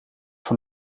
van